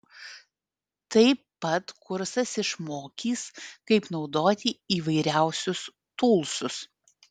taip pat kursas išmokys kaip naudoti įvairiausius tūlsus